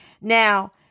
Now